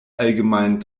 allgemein